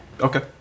Okay